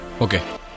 Okay